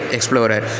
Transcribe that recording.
Explorer